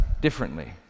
differently